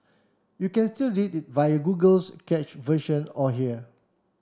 you can still read it via Google's cache version or here